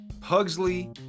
Pugsley